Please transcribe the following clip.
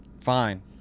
Fine